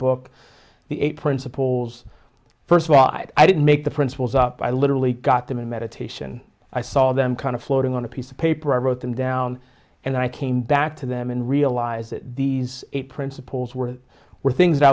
book the eight principles first of all i didn't make the principles up i literally got them in meditation i saw them kind of floating on a piece of paper i wrote them down and i came back to them and realized that these principles were were things